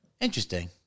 Interesting